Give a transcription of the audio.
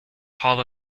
hall